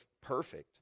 perfect